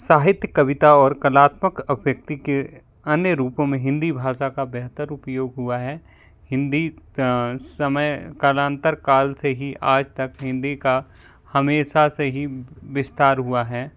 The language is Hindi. साहित्य कविता और कलात्मक अभिव्यक्ति के अन्य रूपों में हिंदी भाषा का बेहतर उपयोग हुआ है हिंदी समय कालांतर काल से ही आज तक हिंदी का हमेशा से ही विस्तार हुआ है